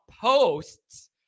posts